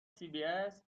cbs